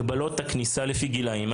הגבלות הכניסה לפי גילאים,